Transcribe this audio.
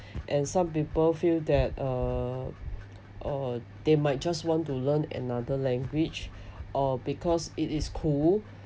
and some people feel that uh they might just want to learn another language or because it is cool